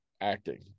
acting